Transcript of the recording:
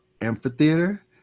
amphitheater